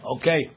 okay